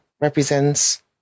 represents